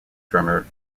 drummer